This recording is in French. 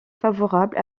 favorable